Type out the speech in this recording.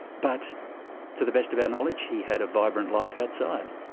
but to the best of our knowledge he had a vibrant life outside.